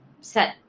set